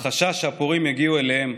על החשש שהפורעים יגיעו אליהם,